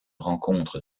rencontre